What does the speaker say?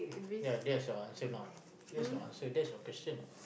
ya that's your answer now that's your answer that's your question